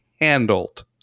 handled